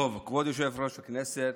כבוד יושב-ראש הישיבה,